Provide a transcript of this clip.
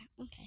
okay